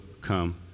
come